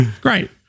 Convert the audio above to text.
Great